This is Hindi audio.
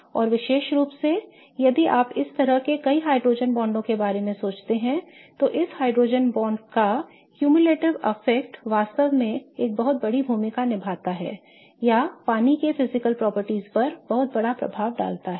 और विशेष रूप से यदि आप इस तरह के कई हाइड्रोजन बांडों के बारे में सोचते हैं तो इस हाइड्रोजन बांड का संचयी प्रभाव वास्तव में एक बहुत बड़ी भूमिका निभाता है या पानी के भौतिक गुणों पर बहुत बड़ा प्रभाव डालता है